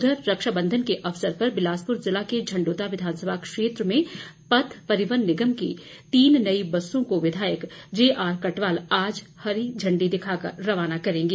उधर रक्षाबंधन के अवसर पर बिलासपुर ज़िले के झंड्रता विधानसभा क्षेत्र में पथ परिवहन निगम की तीन नई बसों को विधायक जेआर कटवाल आज झंडी दिखाकर रवाना करेंगे